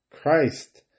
Christ